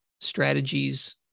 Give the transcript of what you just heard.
strategies